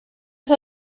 her